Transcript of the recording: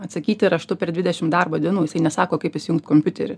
atsakyti raštu per dvidešim darbo dienų jisai nesako kaip įsijungt kompiuterį